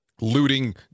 looting